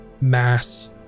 mass